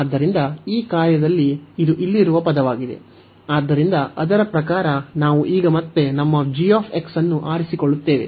ಆದ್ದರಿಂದ ಈ ಕಾರ್ಯದಲ್ಲಿ ಇದು ಇಲ್ಲಿರುವ ಪದವಾಗಿದೆ ಆದ್ದರಿಂದ ಅದರ ಪ್ರಕಾರ ನಾವು ಈಗ ಮತ್ತೆ ನಮ್ಮ g ಅನ್ನು ಆರಿಸಿಕೊಳ್ಳುತ್ತೇವೆ